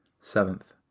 Seventh